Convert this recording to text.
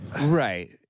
Right